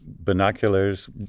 binoculars